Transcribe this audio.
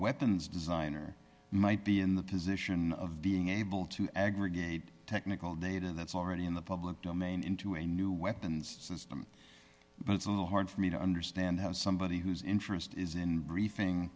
weapons designer might be in the position of being able to aggregate technical data that's already in the public domain into a new weapons system but it's a little hard for me to understand how somebody whose interest is in briefing